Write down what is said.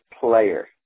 player